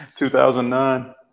2009